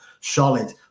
solid